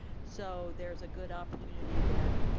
so there's a good opportunity that,